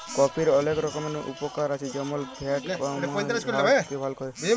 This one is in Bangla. কফির অলেক রকমের উপকার আছে যেমল ফ্যাট কমায়, হার্ট কে ভাল ক্যরে